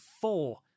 four